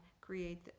create